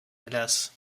glace